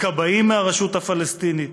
הכבאים מהרשות הפלסטינית,